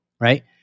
right